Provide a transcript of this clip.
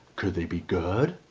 could they be good?